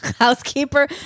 housekeeper